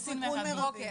בסיכון מרבי.